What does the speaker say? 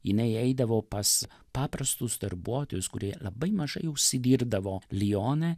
jinai eidavo pas paprastus darbuotojus kurie labai mažai užsidirbdavo lione